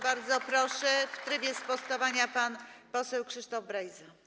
Bardzo proszę, w trybie sprostowania pan poseł Krzysztof Brejza.